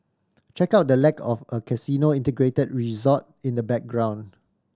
check out the lack of a casino integrated resort in the background